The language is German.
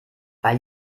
weil